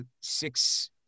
six